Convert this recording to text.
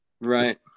right